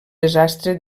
desastre